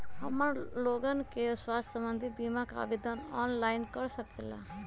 हमन लोगन के स्वास्थ्य संबंधित बिमा का आवेदन ऑनलाइन कर सकेला?